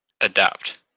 adapt